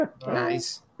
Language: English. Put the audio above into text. Nice